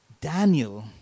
Daniel